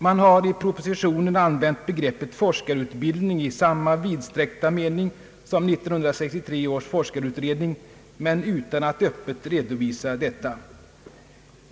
Man har i propositionen använt begreppet forskarutbildning i samma vidsträckta mening som 1963 års forskarutredning men utan att öppet redovisa detta.